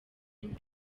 muri